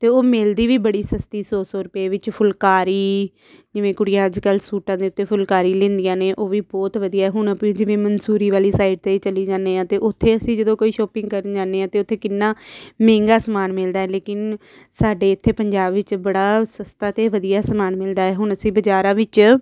ਅਤੇ ਉਹ ਮਿਲਦੀ ਵੀ ਬੜੀ ਸਸਤੀ ਸੌ ਸੌ ਰੁਪਏ ਵਿੱਚ ਫੁਲਕਾਰੀ ਜਿਵੇਂ ਕੁੜੀਆਂ ਅੱਜ ਕੱਲ੍ਹ ਸੂਟਾਂ ਦੇ ਉੱਤੇ ਫੁਲਕਾਰੀ ਲੈਂਦੀਆਂ ਨੇ ਉਹ ਵੀ ਬਹੁਤ ਵਧੀਆ ਹੁਣ ਆਪਣੇ ਜਿਵੇਂ ਮਨਸੂਰੀ ਵਾਲੀ ਸਾਈਡ 'ਤੇ ਚਲੇ ਜਾਂਦੇ ਹਾਂ ਅਤੇ ਉੱਥੇ ਅਸੀਂ ਜਦੋਂ ਕੋਈ ਸ਼ੋਪਿੰਗ ਕਰਨ ਜਾਂਦੇ ਹਾਂ ਤਾਂ ਉੱਥੇ ਕਿੰਨਾ ਮਹਿੰਗਾ ਸਮਾਨ ਮਿਲਦਾ ਲੇਕਿਨ ਸਾਡੇ ਇੱਥੇ ਪੰਜਾਬ ਵਿੱਚ ਬੜਾ ਸਸਤਾ ਅਤੇ ਵਧੀਆ ਸਮਾਨ ਮਿਲਦਾ ਹੈ ਹੁਣ ਅਸੀਂ ਬਾਜ਼ਾਰਾਂ ਵਿੱਚ